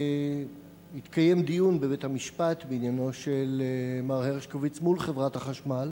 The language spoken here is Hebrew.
התקיים דיון בבית-המשפט בעניינו של מר הרשקוביץ מול חברת החשמל.